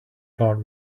part